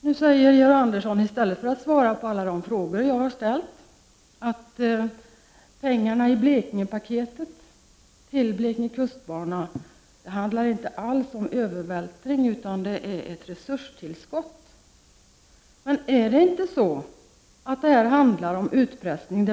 Nu säger Georg Andersson, i stället för att svara på alla de frågor som jag har ställt, att pengarna i Blekingepaketet till Blekinge kustbana inte alls handlar om övervältring utan är ett resurstillskott. Men handlar det inte om utpressning?